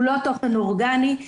הוא לא תוכן אורגני,